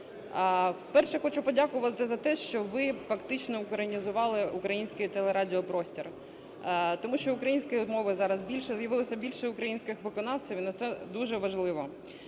Вперше хочу подякувати за те, що ви фактично українізували український телерадіопростір. Тому що української от мови зараз більше, з'явилося більше українських виконавців, і це дуже важливо.